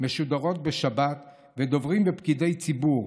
משודרות בשבת ודוברים ופקידי ציבור,